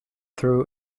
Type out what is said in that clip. threw